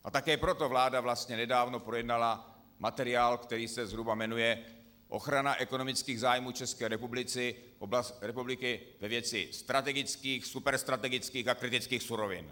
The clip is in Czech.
A také proto vláda nedávno projednala materiál, který se zhruba jmenuje ochrana ekonomických zájmů České republiky ve věci strategických, superstrategických a kritických surovin.